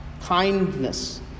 kindness